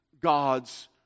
God's